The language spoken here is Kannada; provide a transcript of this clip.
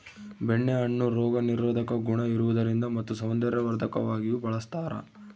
ಬೆಣ್ಣೆ ಹಣ್ಣು ರೋಗ ನಿರೋಧಕ ಗುಣ ಇರುವುದರಿಂದ ಮತ್ತು ಸೌಂದರ್ಯವರ್ಧಕವಾಗಿಯೂ ಬಳಸ್ತಾರ